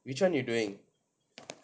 which one you doing